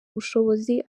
ubushobozi